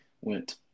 Went